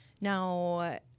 Now